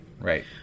right